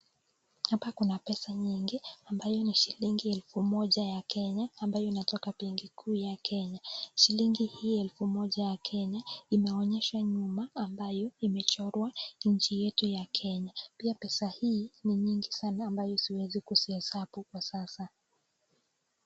Hapa kuna pesa nyingi ambayo ni shilingi elfu moja ya Kenya ambayo inatoka benki kuu ya Kenya. Shilingi hii elfu moja ya Kenya imeonyeshwa nyuma ambayo imechorwa nchi yetu ya Kenya. Pesa hii ni nyingi sana ambayo haziwezi kuzihesabu kwa sasa.